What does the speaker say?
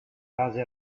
base